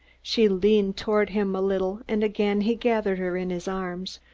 she leaned toward him a little and again he gathered her in his arms.